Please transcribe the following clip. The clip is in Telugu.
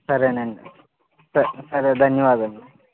సరేనండి సరే ధన్యవాదములు